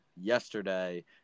yesterday